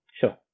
sure